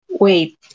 Wait